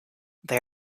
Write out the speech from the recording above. they